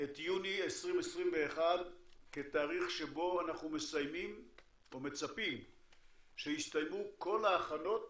את יוני 2021 כתאריך שבו אנחנו מסיימים או מצפים שיסתיימו כל ההכנות